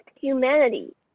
humanity